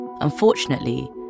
unfortunately